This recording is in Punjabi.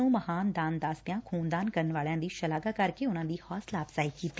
ਨੂੰ ਮਹਾਨ ਦਾਨ ਦੱਸਦਿਆਂ ਖੁਨਦਾਨ ਕਰਨ ਵਾਲਿਆਂ ਦੀ ਸ਼ਲਾਘਾ ਕਰਕੇ ਉਨੂਾਂ ਦੀ ਹੌਂਸਲਾ ਅਫ਼ਜਾਈ ਕੀਤੀ